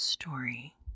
story